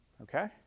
okay